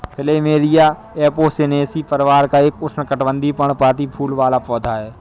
plumeria Apocynaceae परिवार का एक उष्णकटिबंधीय, पर्णपाती फूल वाला पौधा है